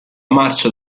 marcia